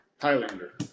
Highlander